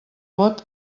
vot